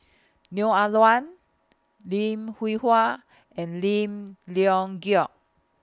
Neo Ah Luan Lim Hwee Hua and Lim Leong Geok